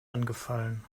angefallen